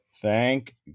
Thank